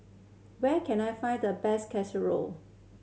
where can I find the best